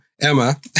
Emma